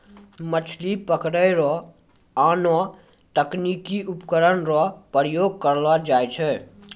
मछली पकड़ै रो आनो तकनीकी उपकरण रो प्रयोग करलो जाय छै